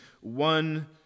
one